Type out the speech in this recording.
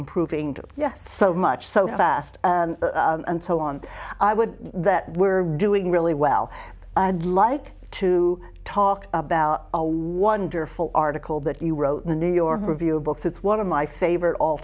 improving yes so much so fast and so on i would that were doing really well like to talk about a wonderful article that you wrote in the new york review of books it's one of my favorite all